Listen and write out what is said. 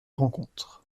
rencontres